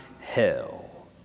hell